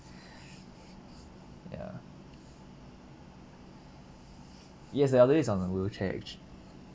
ya yes the elderly is on a wheelchair actu~